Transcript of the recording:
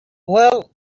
well—i